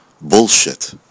Bullshit